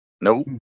Nope